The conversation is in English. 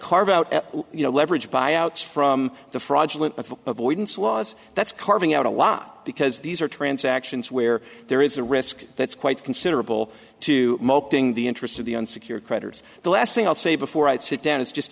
carve out you know leveraged buyouts from the fraudulent avoidance laws that's carving out a lot because these are transactions where there is a risk that's quite considerable to moping the interest of the unsecured creditors the last thing i'll say before i sit down is just